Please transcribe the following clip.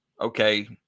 okay